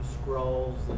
scrolls